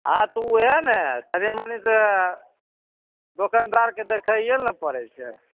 हँ तऽ उहए ने तनी मनी तऽ दोकनदारके देखैये लए ने पड़ै छै